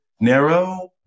narrow